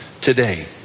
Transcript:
today